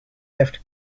left